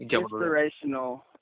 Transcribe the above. inspirational